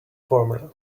formula